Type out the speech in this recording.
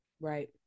Right